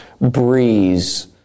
breeze